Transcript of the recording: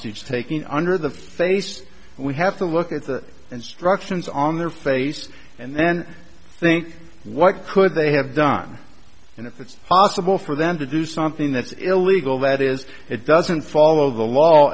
hostage taking under the face we have to look at the instructions on their face and then think what could they have done and if it's possible for them to do something that's illegal that is it doesn't follow the law